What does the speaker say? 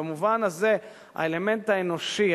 במובן הזה האלמנט האנושי,